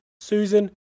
Susan